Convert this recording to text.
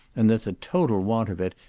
and that the total want of it,